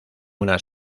una